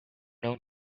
known